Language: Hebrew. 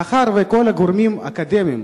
לאחר שכל הגורמים האקדמיים